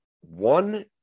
one